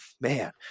man